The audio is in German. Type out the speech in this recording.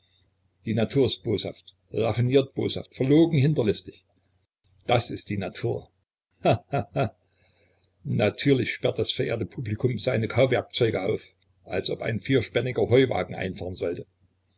die natur ist boshaft raffiniert boshaft verlogen hinterlistig das ist die natur he he he natürlich sperrt das verehrte publikum seine kauwerkzeuge auf als ob ein vierspänniger heuwagen einfahren sollte